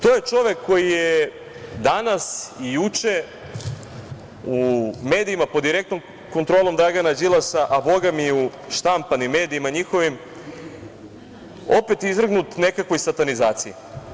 To je čovek koji je danas i juče u medijima pod direktnom kontrolom Dragana Đilasa, a boga mi i u štampanim medijima njihovim opet izvrgnut nekakvoj satanizaciji.